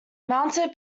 mounted